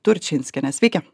turčinskiene sveiki